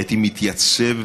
הייתי מתייצב,